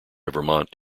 vermont